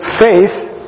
faith